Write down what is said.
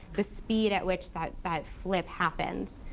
the speed at which that that flip happens.